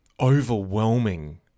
overwhelming